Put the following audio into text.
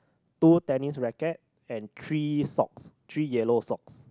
two tennis racquets and three socks three yellow socks